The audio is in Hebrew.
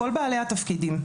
כל בעלי התפקידים,